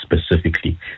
specifically